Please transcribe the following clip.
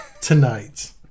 tonight